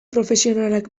profesionalak